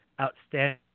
Outstanding